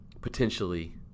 potentially